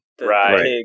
Right